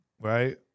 Right